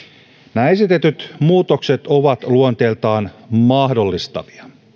nämä esitetyt muutokset ovat luonteeltaan mahdollistavia